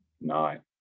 nine